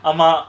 ஆமா:aama